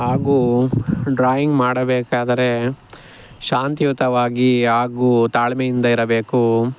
ಹಾಗೂ ಡ್ರಾಯಿಂಗ್ ಮಾಡಬೇಕಾದರೆ ಶಾಂತಿಯುತವಾಗಿ ಹಾಗೂ ತಾಳ್ಮೆಯಿಂದ ಇರಬೇಕು